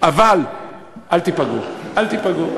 אל תיפגעו, אל תיפגעו.